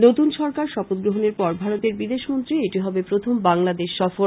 নতুন সরকার শপথ গ্রহনের পর ভারতের বিদেশ মন্ত্রীর এটি হবে প্রথম বাংলাদেশ সফর